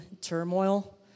turmoil